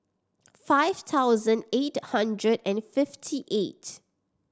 five thousand eight hundred and fifty eight